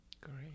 Great